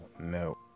no